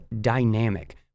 dynamic